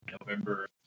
November